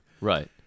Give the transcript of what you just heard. Right